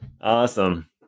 Awesome